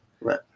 Right